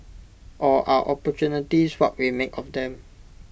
or are opportunities what we make of them